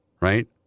right